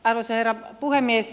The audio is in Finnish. arvoisa herra puhemies